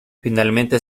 finalmente